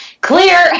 clear